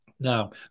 Now